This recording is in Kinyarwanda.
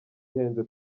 ihenze